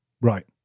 Right